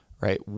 right